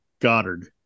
Goddard